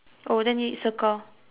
oh then need circle